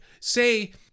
say